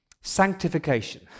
sanctification